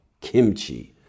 kimchi